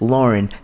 Lauren